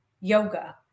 yoga